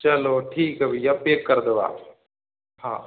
चलो ठीक है भैया पैक कर दो आप हाँ